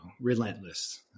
relentless